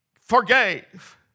forgave